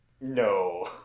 No